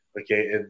okay